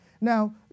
Now